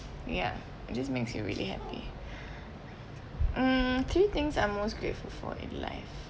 ya it just makes you really happy mm three things I'm most grateful for in life